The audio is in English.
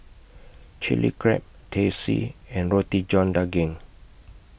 Chilli Crab Teh C and Roti John Daging